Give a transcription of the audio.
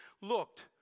Looked